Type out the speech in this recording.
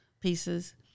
pieces